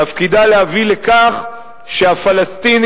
תפקידה להביא לכך שהפלסטינים,